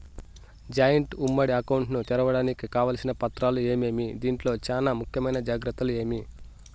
Joint ఉమ్మడి account ను తెరవడానికి కావాల్సిన పత్రాలు ఏమేమి? దీంట్లో చానా ముఖ్యమైన జాగ్రత్తలు ఏమి?